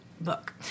book